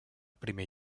primer